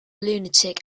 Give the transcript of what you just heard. lunatic